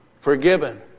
forgiven